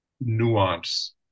nuance